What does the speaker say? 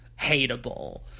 hateable